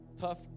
tough